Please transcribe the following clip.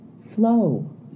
Flow